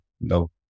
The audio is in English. no